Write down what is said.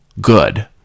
good